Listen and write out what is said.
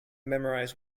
memorize